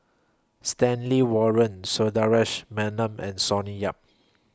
Stanley Warren Sundaresh Menon and Sonny Yap